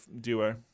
duo